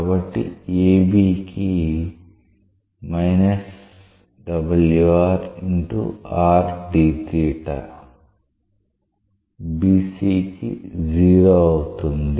కాబట్టి AB కి BC కి 0 అవుతుంది